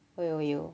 我有我有